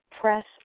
press